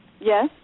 Yes